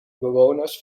bewoners